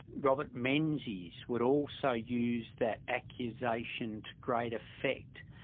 robert menzies would also use that accusation to great effect.